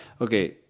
Okay